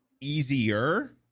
easier